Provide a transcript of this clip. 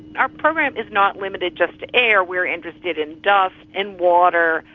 our program is not limited just to air, we are interested in dust and water,